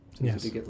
yes